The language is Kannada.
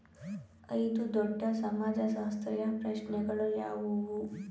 ಐದು ದೊಡ್ಡ ಸಮಾಜಶಾಸ್ತ್ರೀಯ ಪ್ರಶ್ನೆಗಳು ಯಾವುವು?